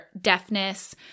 deafness